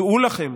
דעו לכם.